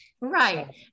Right